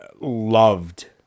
loved